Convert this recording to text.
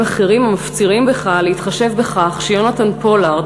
אחרים המפצירים בך להתחשב בכך שיונתן פולארד,